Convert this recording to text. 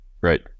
Right